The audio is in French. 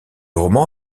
roman